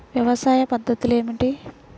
వ్యవసాయ పద్ధతులు ఏమిటి?